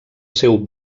seu